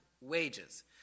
wages